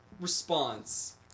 response